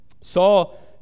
Saul